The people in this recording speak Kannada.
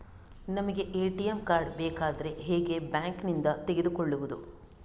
ನಮಗೆ ಎ.ಟಿ.ಎಂ ಕಾರ್ಡ್ ಬೇಕಾದ್ರೆ ಹೇಗೆ ಬ್ಯಾಂಕ್ ನಿಂದ ತೆಗೆದುಕೊಳ್ಳುವುದು?